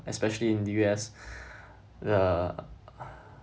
especially in the U_S the